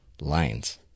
lines